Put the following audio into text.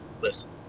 listen